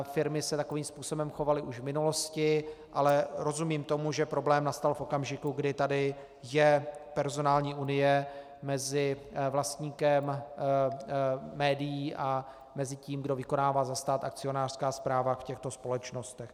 Firmy se takovým způsobem chovaly už v minulosti, ale rozumím tomu, že problém nastal v okamžiku, kdy tady je personální unie mezi vlastníkem médií a tím, kdo vykonává za stát akcionářská práva v těchto společnostech.